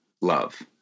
love